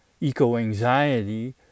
eco-anxiety